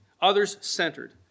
others-centered